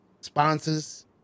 Sponsors